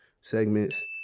segments